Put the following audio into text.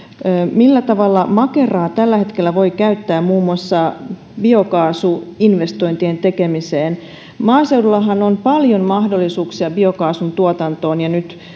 millä tavalla makeraa tällä hetkellä voi käyttää muun muassa biokaasuinvestointien tekemiseen maaseudullahan on paljon mahdollisuuksia biokaasun tuotantoon ja nyt